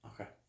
okay